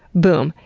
boom.